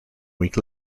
week